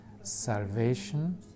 Salvation